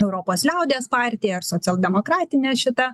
europos liaudies partija ar socialdemokratinė šita